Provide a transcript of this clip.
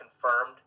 confirmed